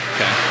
okay